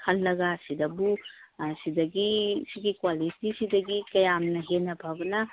ꯈꯜꯂꯒ ꯁꯤꯗꯕꯨ ꯁꯤꯗꯒꯤ ꯁꯤꯒꯤ ꯀ꯭ꯋꯥꯂꯤꯇꯤꯁꯤꯗꯒꯤ ꯀꯌꯥꯝꯅ ꯍꯦꯟꯅ ꯐꯕꯅ